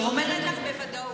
אני אומרת לך בוודאות,